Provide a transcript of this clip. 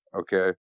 okay